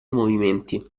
movimenti